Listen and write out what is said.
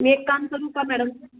मी एक काम करू का मॅडम